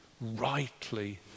rightly